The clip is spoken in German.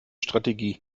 strategie